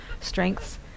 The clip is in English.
strengths